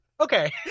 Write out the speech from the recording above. Okay